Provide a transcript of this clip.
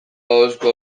ahozko